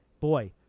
Boy